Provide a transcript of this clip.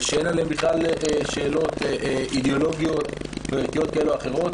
שאין עליהן בכלל שאלות אידיאולוגיות וערכיות כאלה או אחרות.